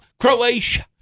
Croatia